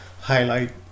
highlight